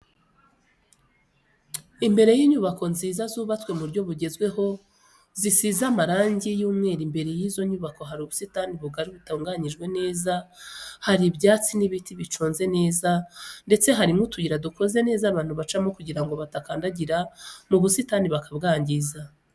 Imbere y'inyubako nziza zubatswe mu buryo bugezweho zisize amarangi y'umweru imbere y'izo nyubako hari ubusitani bugari butunganyijwe neza, harimo ibyatsi n'ibiti biconze neza ndetse harimo utuyira dukoze neza abantu bacamo kugirango badakandagira mu busitani bakabwangiza.